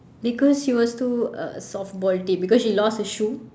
because she was too uh softball team because she lost a shoe